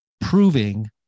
proving